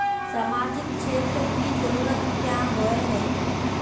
सामाजिक क्षेत्र की जरूरत क्याँ होय है?